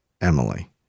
Emily